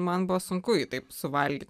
man buvo sunku jį taip suvalgyt